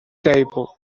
table